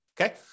okay